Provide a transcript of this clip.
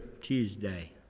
Tuesday